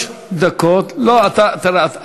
תראה,